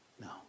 No